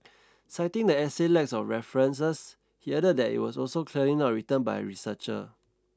citing the essay's lack of references he added that it was also clearly not written by a researcher